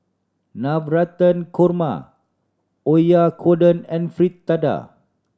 Navratan Korma Oyakodon and Fritada